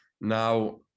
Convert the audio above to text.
Now